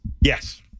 Yes